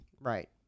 Right